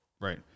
Right